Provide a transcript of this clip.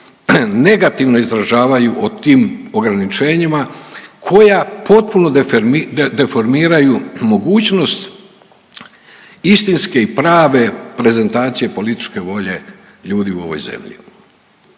negativno izražavaju o tim ograničenjima koja potpuno deformiraju mogućnost istinske i prave prezentacije političke volje ljudi u ovoj zemlji.